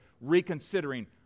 reconsidering